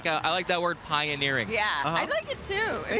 yeah i like that word pioneering. yeah i like it, too.